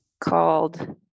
called –